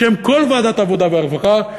בשם כל ועדת העבודה והרווחה,